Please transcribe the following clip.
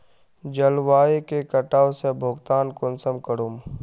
जलवायु के कटाव से भुगतान कुंसम करूम?